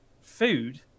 Food